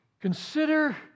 Consider